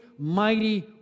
mighty